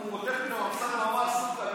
חשבתי הוא מתכוון סוכר.